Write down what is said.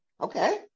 Okay